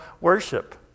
worship